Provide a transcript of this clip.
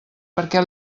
perquè